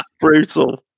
Brutal